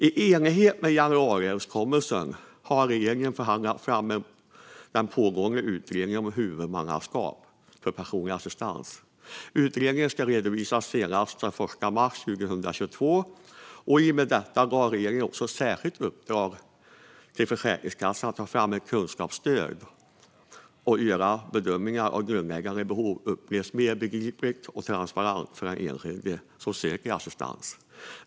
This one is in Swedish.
I enlighet med januariöverenskommelsen har regeringen förhandlat fram den pågående utredningen om huvudmannaskap för personlig assistans. Utredningen ska redovisas senast den 1 mars 2023. I och med detta gav regeringen också ett särskilt uppdrag till Försäkringskassan att ta fram ett kunskapsstöd som ska göra att bedömningar av grundläggande behov upplevs mer begripliga och transparenta för den enskilde som söker assistans.